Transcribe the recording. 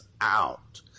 out